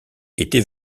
était